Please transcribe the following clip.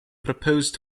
proposed